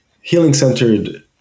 healing-centered